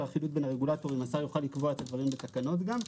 אחידות בין הרגולטורים השר יוכל לקבוע את הדברים בתקנות גם,